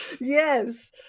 yes